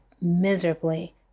miserably